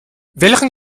welchen